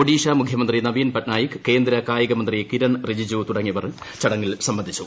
ഒഡീഷ മുഖ്യമന്ത്രി നവീൻ പട്നായിക് കേന്ദ്ര കായികമന്ത്രി കിരൺ റിജിജു തുടങ്ങിയവർ ചടങ്ങിൽ സംബന്ധിച്ചു